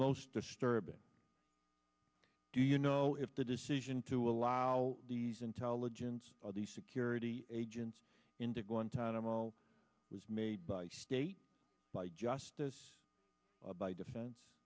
most disturbing do you know if the decision to allow these intelligence of the security agents into guantanamo was made by state by justice by defen